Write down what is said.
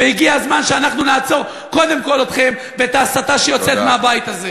והגיע הזמן שאנחנו נעצור קודם כול אתכם ואת ההסתה שיוצאת מהבית הזה.